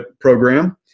program